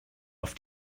auf